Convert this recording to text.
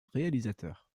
réalisateurs